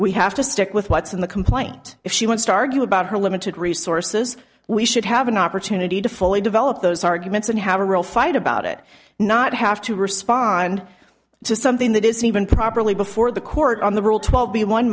we have to stick with what's in the complaint if she wants to argue about her limited resources we should have an opportunity to fully develop those arguments and have a real fight about it not have to respond to something that isn't even properly before the court on the rule twelve b one